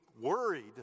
worried